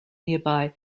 nearby